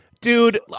Dude